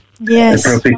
Yes